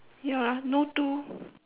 ya no two